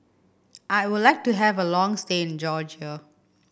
I would like to have a long stay in Georgia